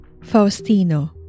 Faustino